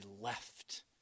left